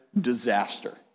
disaster